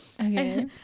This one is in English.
Okay